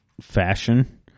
fashion